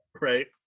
right